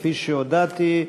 כפי שהודעתי,